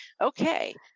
okay